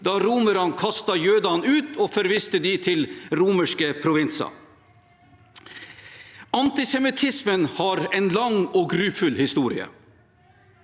da romerne kastet jødene ut og forviste dem til romerske provinser. Antisemittismen har en lang og grufull historie.